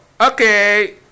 Okay